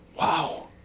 Wow